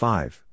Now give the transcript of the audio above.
Five